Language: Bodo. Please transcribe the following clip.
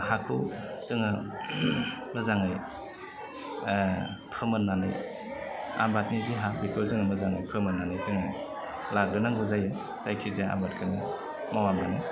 हाखौ जोङो मोजाङै फोमोन्नानै आबादनि जि हा बेखौ जोङो मोजाङै फोमोन्नानै जोङो लाग्रोनांगौ जायो जायखि जाया आबादखौनो मावा मानो